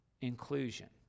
inclusion